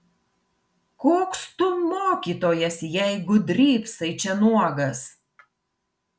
koks tu mokytojas jeigu drybsai čia nuogas